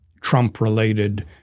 Trump-related